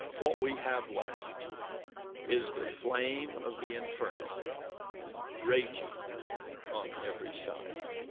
what we have left is the flame of the inferno raging on every side.